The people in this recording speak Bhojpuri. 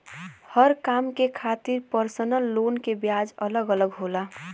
हर काम के खातिर परसनल लोन के ब्याज अलग अलग होला